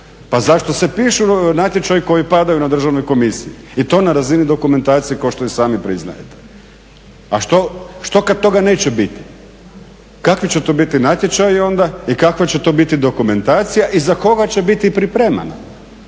Pa zašto se pišu natječaju koji padaju na državnoj komisiji i to na razini dokumentacije kao što i sami priznajete. A što kada toga neće biti? Kakvi će to biti natječaji onda i kakva će to biti dokumentacija i za koga će biti pripremana